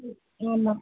ம் ஆமாம்